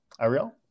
Ariel